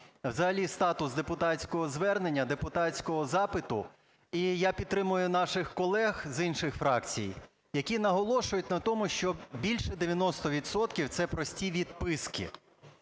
взагалі статус депутатського звернення, депутатського запиту. І я підтримую наших колег з інших фракцій, які наголошують на тому, що більше 90 відсотків - це прості відписки.